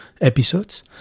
episodes